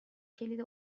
کلید